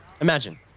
Imagine